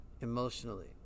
emotionally